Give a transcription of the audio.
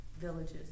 villages